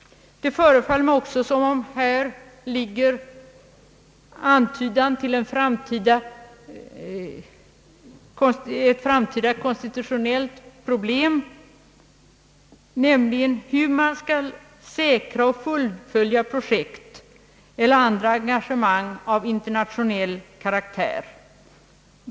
Det förefaller mig också som om det ligger en antydan till ett framtida konstitutionellt problem i frågan hur man skall kunna säkra och fullfölja projekt eller andra engagemang av internationell karaktär.